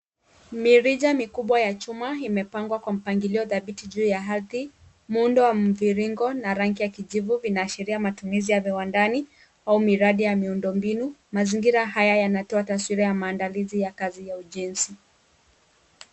Mirija mikubwa ya chuma imepangwa kwa mpangilio dhabiti juu ya ardhi. Muundo wa mviringo na rangi ya kijivu inaashiria matumizi ya viwandani au miradi ya miundombinu. Mazingira haya yanatoa taswira ya maandalizi ya kazi ya ujenzi.